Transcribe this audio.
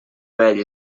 vell